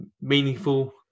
meaningful